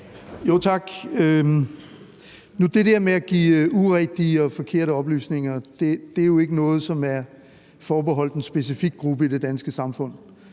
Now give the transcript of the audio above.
Tak. Det der med at give urigtige og forkerte oplysninger er jo ikke noget, som er forbeholdt en specifik gruppe i det danske samfund,